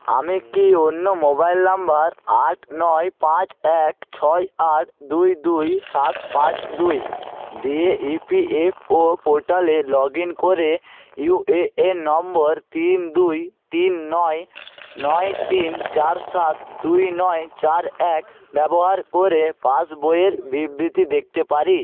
আমি কি অন্য মোবাইল নম্বর আট নয় পাঁচ এক ছয় আট দুই দুই সাত পাঁচ দুই দিয়ে ইপিএফও পোর্টালে লগ ইন করে ইউএএন নম্বর তিন দুই তিন নয় নয় তিন চার সাত দুই নয় চার এক ব্যবহার করে পাস বইয়ের বিবৃতি দেখতে পারি